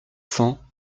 cents